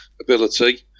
ability